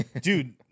Dude